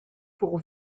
pour